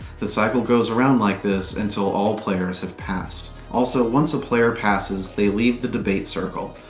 the cycle goes around like this until all players have passed. also, once a player passes they leave the debate circle.